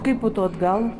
kaip po to atgal